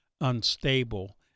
unstable